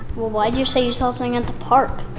well why do you say you saw something at the park?